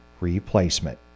replacement